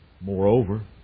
Moreover